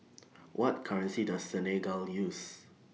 What currency Does Senegal use